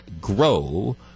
grow